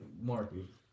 Marky